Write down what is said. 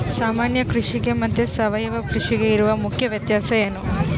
ಸಾಮಾನ್ಯ ಕೃಷಿಗೆ ಮತ್ತೆ ಸಾವಯವ ಕೃಷಿಗೆ ಇರುವ ಮುಖ್ಯ ವ್ಯತ್ಯಾಸ ಏನು?